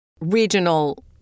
regional